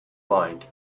mind